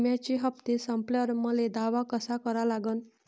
बिम्याचे हप्ते संपल्यावर मले दावा कसा करा लागन?